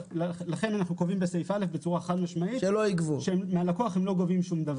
לכן אנחנו קובעים בסעיף (א) בצורה חד משמעית שמהלקוח הם לא גובים כלום.